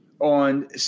on